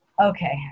okay